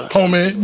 Homie